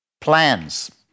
plans